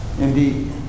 indeed